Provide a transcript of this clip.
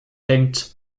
hängt